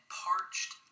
parched